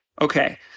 Okay